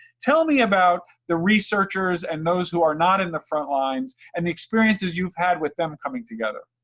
tell me about the researchers and those who are not in the front lines, and the experiences you've had with them coming together.